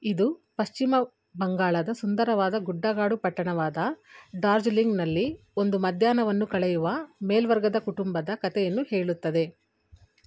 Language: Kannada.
ಇದು ಪಶ್ಚಿಮ ಬಂಗಾಳದ ಸುಂದರವಾದ ಗುಡ್ಡಗಾಡು ಪಟ್ಟಣವಾದ ಡಾರ್ಜಿಲಿಂಗ್ನಲ್ಲಿ ಒಂದು ಮಧ್ಯಾಹ್ನವನ್ನು ಕಳೆಯುವ ಮೇಲ್ವರ್ಗದ ಕುಟುಂಬದ ಕತೆಯನ್ನು ಹೇಳುತ್ತದೆ